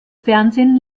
fernsehen